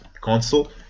console